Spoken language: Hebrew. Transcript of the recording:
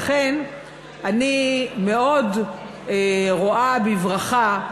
לכן אני מאוד רואה בברכה,